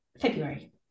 February